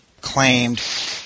claimed